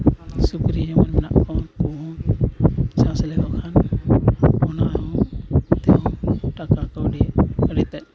ᱥᱩᱠᱨᱤ ᱦᱚᱸ ᱢᱮᱱᱟᱜ ᱠᱚᱣᱟ ᱩᱱᱠᱩ ᱵᱚᱱ ᱪᱟᱥ ᱞᱮᱠᱚ ᱠᱷᱟᱱ ᱚᱱᱟ ᱛᱮᱦᱚᱸ ᱴᱟᱠᱟ ᱠᱟᱹᱣᱰᱤ ᱟᱹᱰᱤ ᱛᱮᱫ